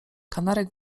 kanarek